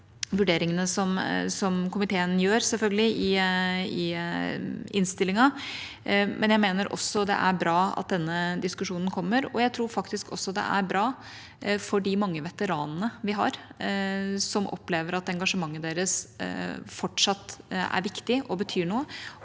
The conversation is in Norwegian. vurderingene som komiteen gjør i innstillinga, men jeg mener det er bra at denne diskusjonen kommer. Jeg tror faktisk også det er bra for de mange veteranene vi har, som opplever at engasjementet deres fortsatt er viktig og betyr noe,